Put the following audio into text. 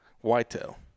Whitetail